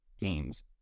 games